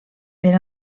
per